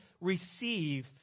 receive